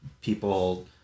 people